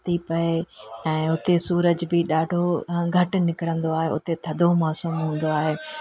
थी पए ऐं उते सूरज बि ॾाढो घटि निकिरंदो आहे उते थधो मौसम हूंदो आहे